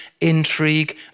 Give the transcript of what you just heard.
intrigue